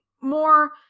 more